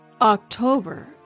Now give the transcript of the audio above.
October